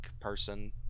person